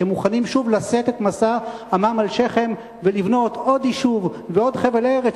שמוכנים שוב לשאת את משא עמם על שכם ולבנות עוד יישוב ועוד חבל ארץ,